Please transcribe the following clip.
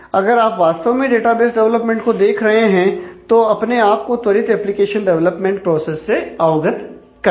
अगर आप वास्तव में डेटाबेस डेवलपमेंट को देख रहे हैं तो अपने आप को त्वरित एप्लीकेशन डेवलपमेंट प्रोसेस से अवगत कराएं